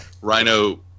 Rhino